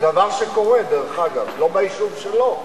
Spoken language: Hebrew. דבר שקורה, דרך אגב, לא ביישוב שלו,